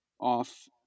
off